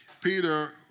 Peter